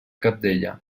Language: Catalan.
cabdella